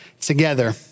together